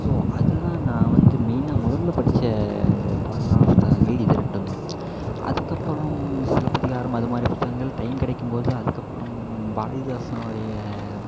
so அதுதான் நான் வந்து மெயினாக முதல்ல படிச்ச பழங்கால புத்தகங்கள் இது ரெண்டும்தான் அதுக்கப்புறம் சிலப்பதிகாரம் அதுமாதிரி புத்தகங்கள் டைம் கிடைக்கும்போது அதுக்கப்புறம் பாரதிதாசனுடைய